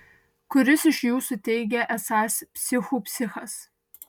kuris iš jūsų teigia esąs psichų psichas